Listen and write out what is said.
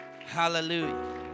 Hallelujah